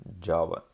Java